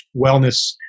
wellness